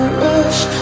rush